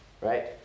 right